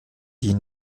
die